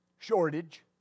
shortage